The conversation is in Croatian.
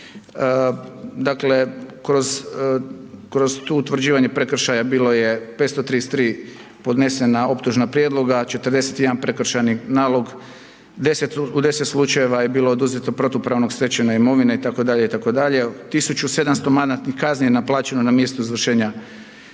dakle, kroz to utvrđivanje prekršaja bilo je 533 podnesena optužna prijedloga, 41 prekršajni nalog, u 10 slučajeva je bilo oduzeto protupravno stečene imovine itd. itd., 1700 manatnih kazni je naplaćeno na mjestu izvršenja prekršaja,